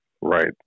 Right